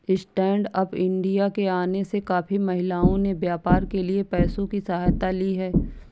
stand up India के आने से काफी महिलाओं ने व्यापार के लिए पैसों की सहायता ली है